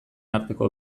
arteko